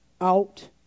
out